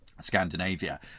Scandinavia